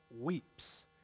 weeps